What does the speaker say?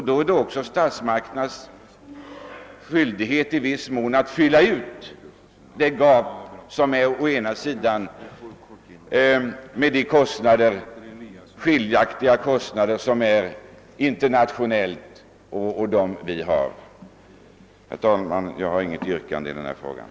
Då är det också i viss mån statsmakternas skyldighet att fylla ut gapet mellan kostnaderna internationellt och de kostnader vi har. Herr talman! Jag har inget yrkande.